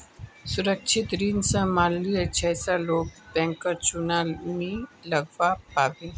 सुरक्षित ऋण स माल्या जैसा लोग बैंकक चुना नी लगव्वा पाबे